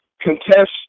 contest